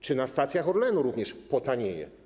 Czy na stacjach Orlenu również potanieje?